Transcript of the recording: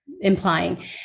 implying